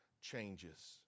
changes